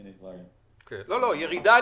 ירידה,